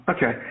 Okay